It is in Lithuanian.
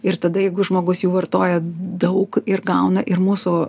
ir tada jeigu žmogus jų vartoja daug ir gauna ir mūsų